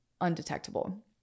undetectable